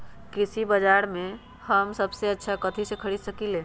कृषि बाजर में हम सबसे अच्छा कथि खरीद सकींले?